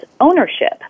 ownership